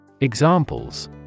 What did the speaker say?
Examples